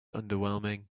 underwhelming